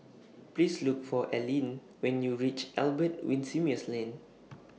Please Look For Allene when YOU REACH Albert Winsemius Lane